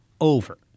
over